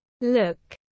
Look